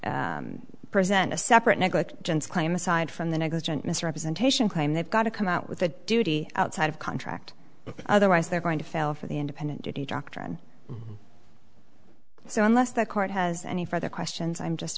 to present a separate neglect gens claim aside from the negligent misrepresentation claim they've got to come out with a duty outside of contract otherwise they're going to fail for the independent duty doctrine so unless the court has any further questions i'm just